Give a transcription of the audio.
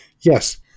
Yes